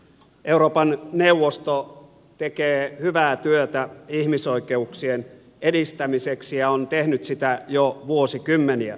euroopan neuvosto tekee hyvää työtä ihmisoikeuksien edistämiseksi ja on tehnyt sitä jo vuosikymmeniä